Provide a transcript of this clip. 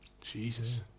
Jesus